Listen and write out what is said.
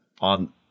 on